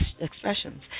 expressions